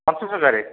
ପଶୁପଦାରେ